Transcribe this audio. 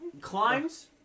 climbs